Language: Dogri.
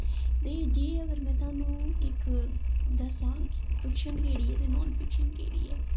ते जे अगर में तोआनू अगर इक दस्सां फिक्शन केह्ड़ी ऐ ते नॉन फिक्शन केह्ड़ी ऐ